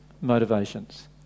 motivations